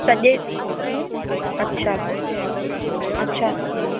सॼे अच्छा अच्छा